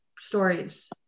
stories